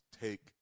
take